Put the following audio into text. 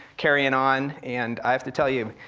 carrying on, and i have to tell you,